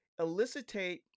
elicitate